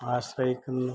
ആശ്രയിക്കുന്നത്